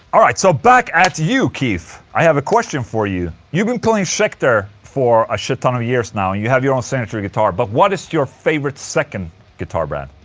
alright, so back at you keith, i have a question for you you've been playing schecter for a shit ton of years now and you have your own signature guitar but what is your favorite second guitar brand?